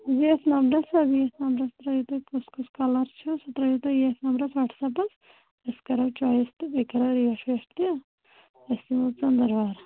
ییٚتھۍ نَمبَرس حظ ییٚتھۍ نَمبرَس ترٛٲوِو تُہۍ کُس کُس کَلَر چھُ سُہ ترٛٲوِو تُہۍ ییٚتھۍ نَمبرَس واٹٕس اَیٚپَس أسۍ کَرو چۅیِز تہٕ بیٚیہِ کَرَو ریٹ ویٹ تہٕ أسۍ یِمو ژٔنٛدروار